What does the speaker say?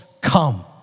come